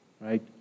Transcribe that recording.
right